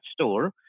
store